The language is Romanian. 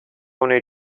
unei